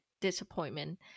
disappointment